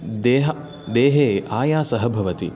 देह देहे आयासः भवति